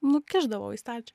nukišdavau į stalčių